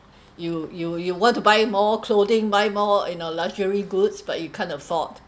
you you you want to buy more clothing buy more you know luxury goods but you can't afford